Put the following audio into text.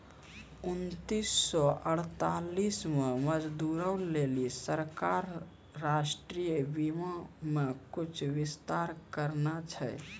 उन्नीस सौ अड़तालीस मे मजदूरो लेली सरकारें राष्ट्रीय बीमा मे कुछु विस्तार करने छलै